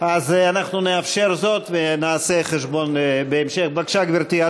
אנחנו בעמוד 296, סעיף 26. גברתי.